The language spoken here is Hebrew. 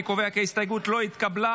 אני קובע כי ההסתייגות לא התקבלה.